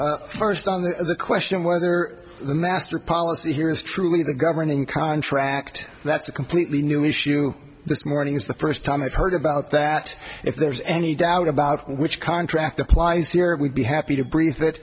you first on the question whether the master policy here is truly the governing contract that's a completely new issue this morning is the first time i've heard about that if there's any doubt about which contract applies here and we'd be happy to brief that